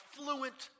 fluent